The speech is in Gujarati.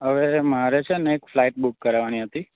હવે મારે છેને એક ફ્લાઇટ બૂક કરાવાની હતી